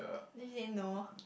then she say no